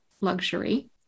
luxury